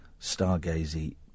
Stargazy